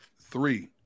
three